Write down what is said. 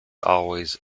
always